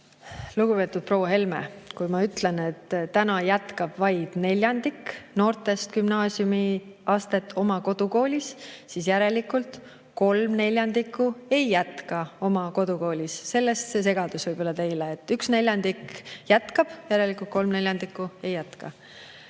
Lugupeetud proua Helme! Kui ma ütlen, et jätkab vaid neljandik noortest gümnaasiumiastet oma kodukoolis, siis järelikult kolm neljandikku ei jätka oma kodukoolis. Sellest see segadus võib-olla teil. Üks neljandik jätkab, järelikult kolm neljandikku ei